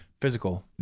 Physical